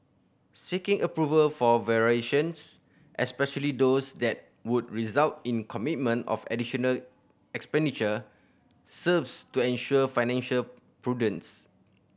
seeking approval for variations especially those that would result in commitment of additional expenditure serves to ensure financial prudence